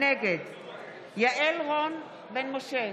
נגד יעל רון בן משה,